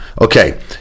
Okay